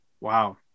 Wow